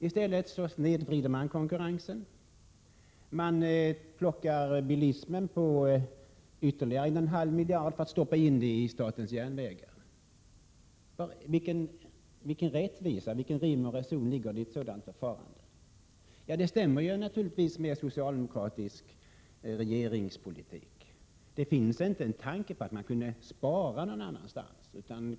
I stället snedvrider man konkurrensen och plockar bilismen på ytterligare 1,5 miljarder, pengar som man stoppar ini statens järnvägar. Vilken rättvisa och vilken rim och reson ligger i ett sådant förfarande? Det överensstämmer förstås med socialdemokratisk regeringspolitik. Man har inte en tanke på att spara någon annanstans.